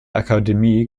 akademie